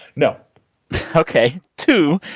no ok. two,